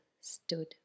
stood